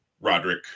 Roderick